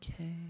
okay